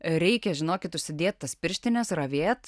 reikia žinokit užsidėt tas pirštines ravėt